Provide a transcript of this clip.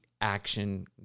action